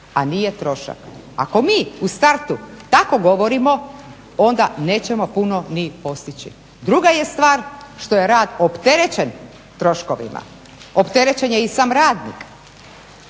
a nije trošak. Ako mi u startu tako govorimo onda nećemo puno ni postići. Druga je stvar što je rad opterećen troškovima, opterećen je i sam radnik,